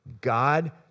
God